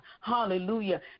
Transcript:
hallelujah